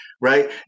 right